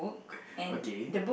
okay